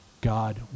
God